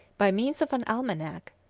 by means of an almanac,